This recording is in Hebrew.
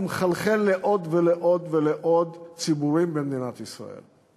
הוא מחלחל לעוד ולעוד ולעוד ציבורים במדינת ישראל.